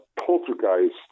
poltergeist